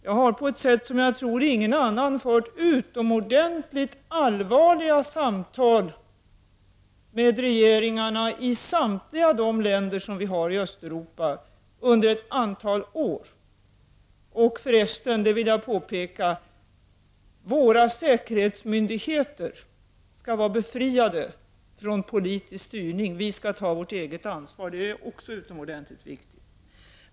Jag har på ett sätt som jag tror ingen annan fört utomordentligt allvarliga samtal med regeringarna i samtliga länder i Östeuropa under ett antal år. Och jag vill förresten påpeka att våra säkerhetsmyndigheter skall vara befriade från politisk styrning. Vi skall ta vårt eget ansvar — det är också mycket viktigt.